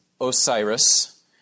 Osiris